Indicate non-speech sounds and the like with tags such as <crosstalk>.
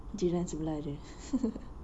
jiran sebelah dia <laughs>